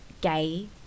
gay